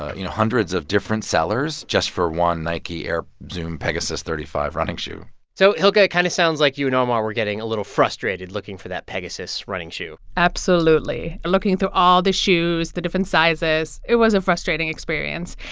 ah you know, hundreds of different sellers just for one nike air zoom pegasus thirty five running shoe so hilke, it kind of sounds like you and omar were getting a little frustrated looking for that pegasus running shoe absolutely. looking through all the shoes, the different sizes it was a frustrating experience.